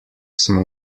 smo